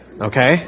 okay